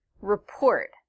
report